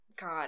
God